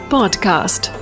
Podcast